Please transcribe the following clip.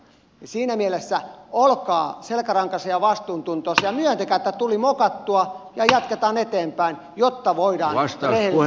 siinä mielessä olkaa selkärankaisia ja vastuuntuntoisia ja myöntäkää että tuli mokattua ja jatketaan eteenpäin jotta voidaan rehellisellä tavalla mennä eteenpäin